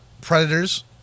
predators